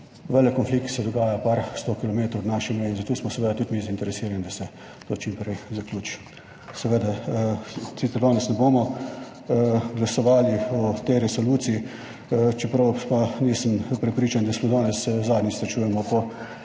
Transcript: velik konflikt se dogaja par sto kilometrov od naše meje in zato smo seveda tudi mi zainteresirani, da se to čim prej zaključi. Sicer danes ne bomo glasovali o tej resoluciji, čeprav pa nisem prepričan, da se danes zadnjič srečujemo,